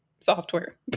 software